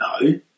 No